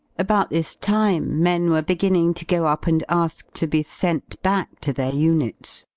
about this time men were beginning to go up and ask to be sent back to their units.